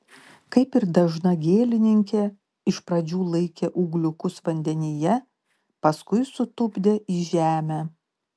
kaip ir dažna gėlininkė iš pradžių laikė ūgliukus vandenyje paskui sutupdė į žemę